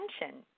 attention